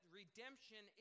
redemption